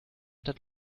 that